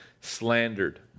slandered